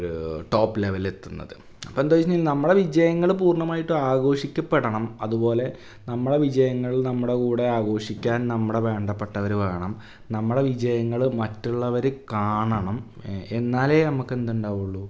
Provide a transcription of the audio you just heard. ഒരു ടോപ്പ് ലെവലിലെത്തുന്നത് അപ്പെന്താ ചോദിച്ചെങ്കിൽ നമ്മുടെ വിജയങ്ങൾ പൂര്ണ്ണമായിട്ടും ആഘോഷിക്കപ്പെടണം അതു പോലെ നമ്മുടെ വിജയങ്ങളില് നമ്മുടെ കൂടെ ആഘോഷിക്കാന് നമ്മുടെ വേണ്ടപ്പെട്ടവർ വേണം നമ്മളുടെ വിജയങ്ങൾ മറ്റുള്ളവർ കാണണം എന്നാലെ നമുക്കെന്തുണ്ടാകുകയുള്ളു